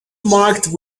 marked